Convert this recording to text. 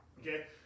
okay